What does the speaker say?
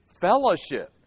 fellowship